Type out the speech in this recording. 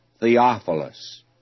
Theophilus